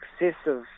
excessive